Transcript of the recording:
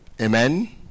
Amen